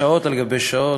שעות על גבי שעות,